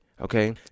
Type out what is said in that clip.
Okay